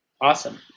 awesome